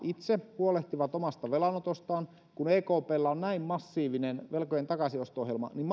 itse huolehtivat omasta velanotostaan kun ekpllä on näin massiivinen velkojen takaisinosto ohjelma niin